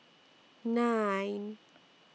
nine